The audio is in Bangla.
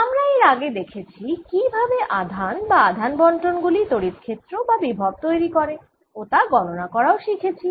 আমরা এর আগে দেখেছি কি ভাবে আধান বা আধান বণ্টন গুলি তড়িৎ ক্ষেত্র বা বিভব তৈরি করে ও তা গণনা করাও শিখেছি